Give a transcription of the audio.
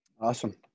Awesome